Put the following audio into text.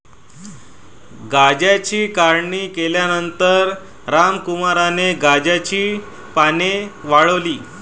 गांजाची काढणी केल्यानंतर रामकुमारने गांजाची पाने वाळवली